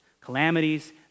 calamities